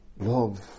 Love